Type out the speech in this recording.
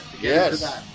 Yes